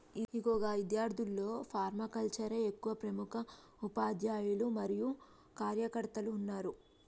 ఇగో గా ఇద్యార్థుల్లో ఫర్మాకల్చరే యొక్క ప్రముఖ ఉపాధ్యాయులు మరియు కార్యకర్తలు ఉన్నారు